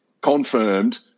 confirmed